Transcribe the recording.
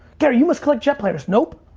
gary, you must collect jet players. nope!